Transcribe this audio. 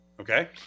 Okay